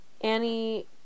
Annie